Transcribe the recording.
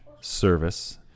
service